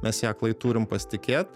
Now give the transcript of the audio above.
mes ja aklai turim pasitikėt